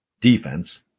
defense